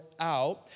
out